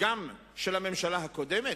של הממשלה הקודמת?